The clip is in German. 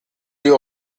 die